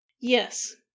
Yes